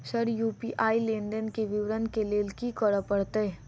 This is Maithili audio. सर यु.पी.आई लेनदेन केँ विवरण केँ लेल की करऽ परतै?